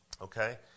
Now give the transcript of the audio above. Okay